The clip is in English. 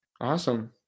Awesome